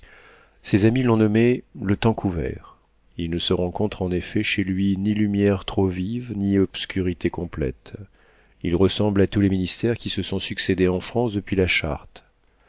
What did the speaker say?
ses amis l'ont nommé le temps couvert il ne se rencontre en effet chez lui ni lumière trop vive ni obscurité complète il ressemble à tous les ministères qui se sont succédé en france depuis la charte